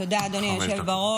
תודה, אדוני היושב-ראש.